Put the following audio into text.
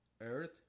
earth